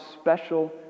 special